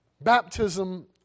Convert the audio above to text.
Baptism